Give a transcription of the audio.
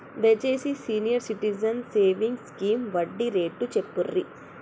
దయచేసి senior citizens savings scheme వడ్డీ rate చెప్పుర్రి